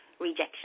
rejection